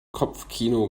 kopfkino